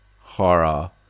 horror